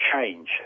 change